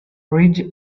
ridge